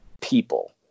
people